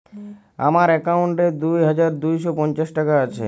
আমার অ্যাকাউন্ট এ কি দুই হাজার দুই শ পঞ্চাশ টাকা আছে?